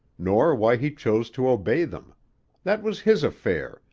nor why he chose to obey them that was his affair,